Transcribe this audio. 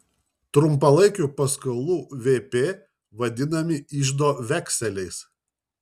trumpalaikių paskolų vp vadinami iždo vekseliais